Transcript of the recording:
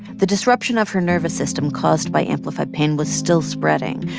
the disruption of her nervous system caused by amplified pain was still spreading,